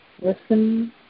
Listen